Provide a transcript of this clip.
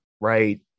right